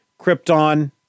Krypton